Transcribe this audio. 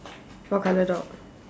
what colour dog